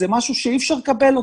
זה משהו שאי אפשר לקבל אותו.